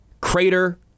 crater